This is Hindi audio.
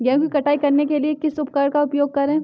गेहूँ की कटाई करने के लिए किस उपकरण का उपयोग करें?